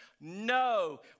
no